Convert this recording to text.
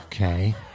Okay